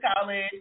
college